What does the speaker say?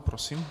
Prosím.